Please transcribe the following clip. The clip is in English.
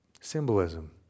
symbolism